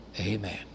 Amen